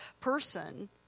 person